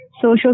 Social